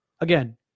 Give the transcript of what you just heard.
Again